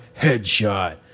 headshot